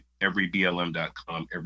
Everyblm.com